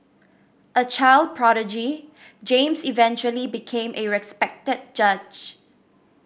a child prodigy James eventually became a respected judge